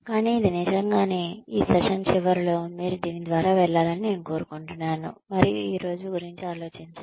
కానీ ఇది నిజంగానే ఈ సెషన్ చివరలో మీరు దీని ద్వారా వెళ్లాలని నేను కోరుకుంటున్నాను మరియు ఈ రోజు గురించి ఆలోచించండి